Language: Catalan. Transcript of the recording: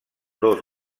dos